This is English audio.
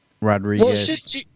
Rodriguez